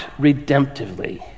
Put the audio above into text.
redemptively